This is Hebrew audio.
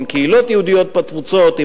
עם קהילות יהודיות בתפוצות,